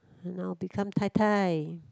now become Tai Tai